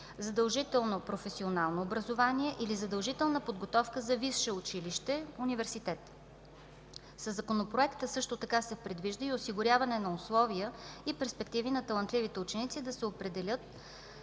задължително професионално образование или задължителна подготовка за висше училище (университет). Със законопроекта също така се предвижда и осигуряване на условия и перспективи на талантливите ученици, да се определят